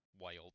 wild